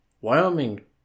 Wyoming